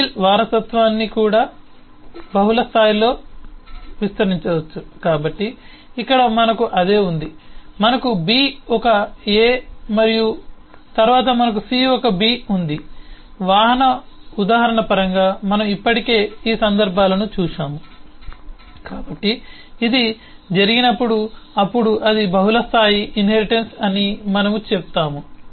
single వారసత్వాన్ని కూడా బహుళ స్థాయిలలో విస్తరించవచ్చు కాబట్టి ఇక్కడ మనకు అదే ఉంది మనకు B ఒక A మరియు తరువాత మనకు C ఒక B ఉంది వాహన ఉదాహరణ పరంగా మనము ఇప్పటికే ఈ సందర్భాలను చూశాము కాబట్టి ఇది జరిగినప్పుడు అప్పుడు అది బహుళస్థాయి ఇన్హెరిటెన్స్ అని మనము చెప్తాము